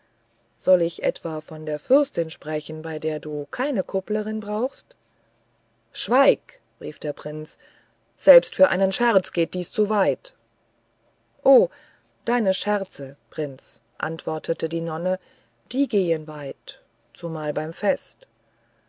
soll ich etwa von der fürstin sprechen bei der du keine kupplerin brauchst schweig rief der prinz selbst für einen scherz geht dies zu weit o deine scherze prinz antwortete die nonne die gehen weit zumal beim fest